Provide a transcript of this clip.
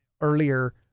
earlier